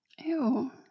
Ew